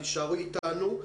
תישארי איתנו.